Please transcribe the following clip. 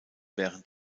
während